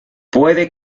puede